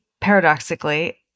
paradoxically